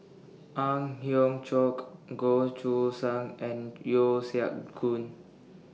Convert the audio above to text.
Ang Hiong Chiok Goh Choo San and Yeo Siak Goon